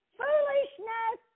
foolishness